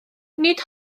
nid